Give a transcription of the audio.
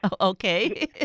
Okay